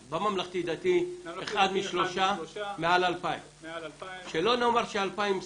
בממלכתי-דתי אחד משלושה מעל 2,000. מעל 2,000. שלא נאמר ש-2,000,